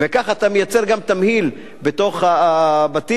וכך אתה מייצר גם תמהיל בתוך הבתים,